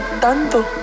tanto